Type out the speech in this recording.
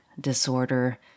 disorder